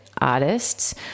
artists